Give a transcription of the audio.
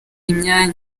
imyanya